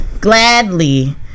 gladly